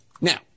now